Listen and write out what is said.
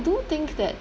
do think that